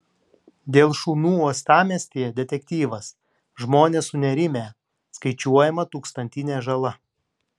dėl šunų uostamiestyje detektyvas žmonės sunerimę skaičiuojama tūkstantinė žala